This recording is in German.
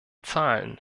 zahlen